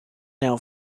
now